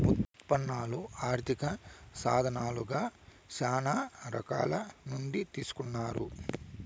ఉత్పన్నాలు ఆర్థిక సాధనాలుగా శ్యానా రకాల నుండి తీసుకున్నారు